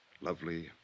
Lovely